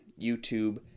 YouTube